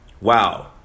Wow